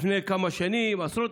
לפני כמה שנים, עשרות.